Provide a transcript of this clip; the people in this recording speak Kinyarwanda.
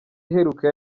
iheruka